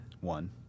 One